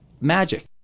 magic